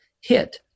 hit